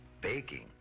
Baking